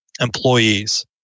employees